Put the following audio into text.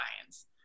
science